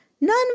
none